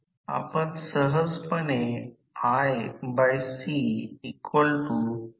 क्रमांक 3 induction motor केवळ transformer नाही जो व्होल्टेज आणि सद्य पातळीत बदल करतो